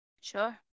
Sure